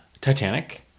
Titanic